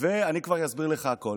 ואני כבר אסביר לך הכול.